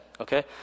okay